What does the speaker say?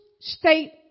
state